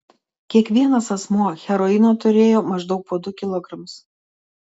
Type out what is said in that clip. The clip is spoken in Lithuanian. kiekvienas asmuo heroino turėjo maždaug po du kilogramus